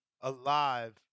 alive